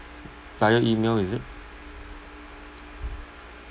via email is it